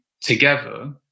together